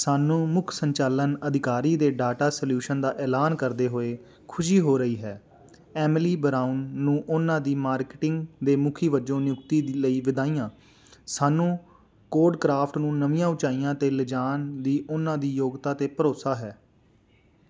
ਸਾਨੂੰ ਮੁੱਖ ਸੰਚਾਲਨ ਅਧਿਕਾਰੀ ਦੇ ਡਾਟਾ ਸਲਿਊਸ਼ਨ ਦਾ ਐਲਾਨ ਕਰਦੇ ਹੋਏ ਖੁਸ਼ੀ ਹੋ ਰਹੀ ਹੈ ਐਮਿਲੀ ਬਰਾਊਨ ਨੂੰ ਉਹਨਾਂ ਦੀ ਮਾਰਕੀਟਿੰਗ ਦੇ ਮੁਖੀ ਵਜੋਂ ਨਿਯੁਕਤੀ ਲਈ ਵਧਾਈਆਂ ਸਾਨੂੰ ਕੋਡਕ੍ਰਾਫਟ ਨੂੰ ਨਵੀਆਂ ਉਚਾਈਆਂ 'ਤੇ ਲਿਜਾਣ ਦੀ ਉਨ੍ਹਾਂ ਦੀ ਯੋਗਤਾ' 'ਤੇ ਭਰੋਸਾ ਹੈ